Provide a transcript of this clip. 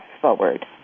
forward